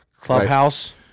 Clubhouse